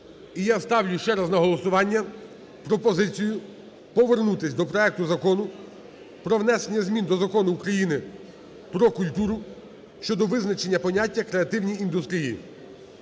І я ставлю ще раз на голосування пропозицію повернутись до проекту Закону про внесення змін до Закону України "Про культуру" (щодо визначення поняття "креативні індустрії").